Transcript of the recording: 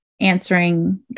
answering